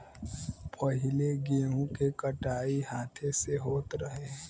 पहिले गेंहू के कटाई हाथे से होत रहे